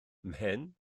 mhen